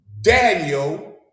Daniel